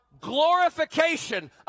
glorification